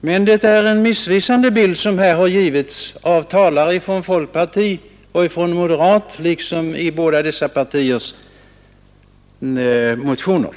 Men det är en missvisande bild som här har getts av talare från folkpartiet och moderaterna liksom i båda dessa partiers motioner.